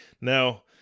Now